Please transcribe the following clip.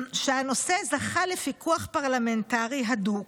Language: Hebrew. שהנושא זכה "לפיקוח פרלמנטרי הדוק,